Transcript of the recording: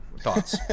thoughts